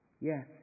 yes